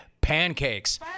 pancakes